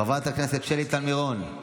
חברת הכנסת שלי טל מירון, מוותרת.